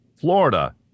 Florida